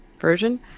version